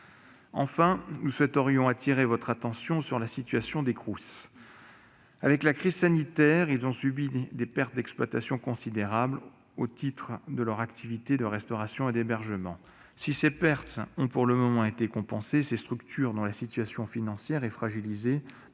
Enfin, nous souhaitons appeler votre attention sur la situation des Crous. Avec la crise sanitaire, ils ont subi des pertes d'exploitation considérables, au titre de leurs activités de restauration et d'hébergement. Si ces pertes ont pour le moment été compensées, ces structures dont la situation financière est fragilisée doivent faire